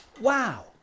wow